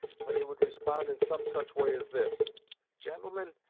when he would respond in some such way as this gentlemen,